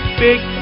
big